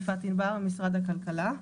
אני ממשרד הכלכלה.